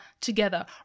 together